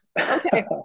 okay